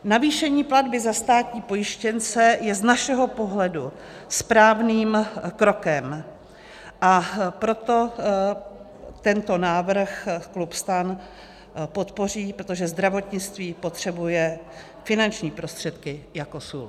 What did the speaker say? Navýšení platby za státní pojištěnce je z našeho pohledu správným krokem, a proto tento návrh klub STAN podpoří, protože zdravotnictví potřebuje finanční prostředky jako sůl.